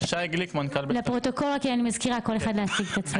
שיתוף פעולה נהדר שאני מברכת עליו.